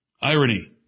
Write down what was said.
Irony